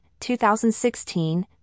2016